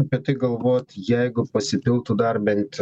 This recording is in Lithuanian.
apie tai galvot jeigu pasipiltų dar bent